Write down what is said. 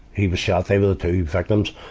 he was shot. they were the two victims.